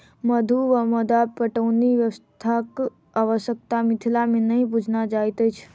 मद्दु वा मद्दा पटौनी व्यवस्थाक आवश्यता मिथिला मे नहि बुझना जाइत अछि